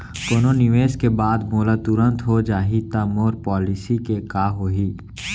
कोनो निवेश के बाद मोला तुरंत हो जाही ता मोर पॉलिसी के का होही?